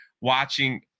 watching